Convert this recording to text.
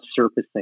surfacing